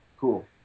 cool